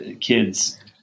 kids